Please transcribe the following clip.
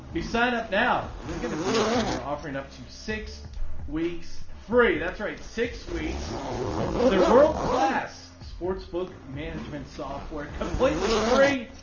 sign up. now you get a deal where they're offering up to six weeks free. that's right. six weeks of their world class sportsbook management software completely free.